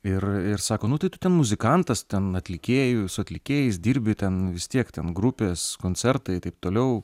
ir ir sako nu tai tu ten muzikantas ten atlikėju su atlikėjais dirbi ten vis tiek ten grupės koncertai taip toliau